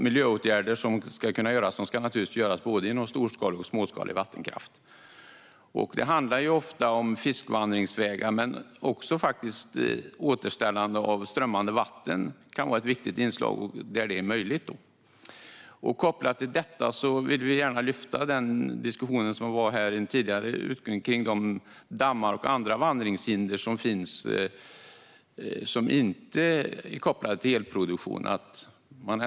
Miljöåtgärder ska naturligtvis kunna göras inom både storskalig och småskalig vattenkraft. Det handlar ofta om fiskvandringsvägar, men även återställande av strömmande vatten kan vara ett viktigt inslag där det är möjligt. Kopplat till detta vill vi gärna lyfta den tidigare diskussionen kring de dammar och andra vandringshinder som finns och som inte är kopplade till elproduktion.